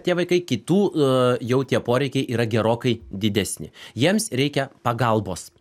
tie vaikai kitų a jau tie poreikiai yra gerokai didesni jiems reikia pagalbos